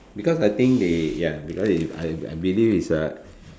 because I think they ya because is I I believe is uh